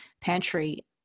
pantry